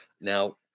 Now